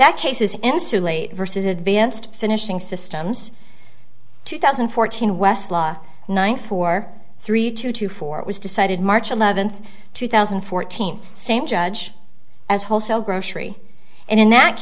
that cases insulate versus advanced finishing systems two thousand and fourteen west law ninety four three two to four it was decided march eleventh two thousand and fourteen same judge as wholesale grocery and in that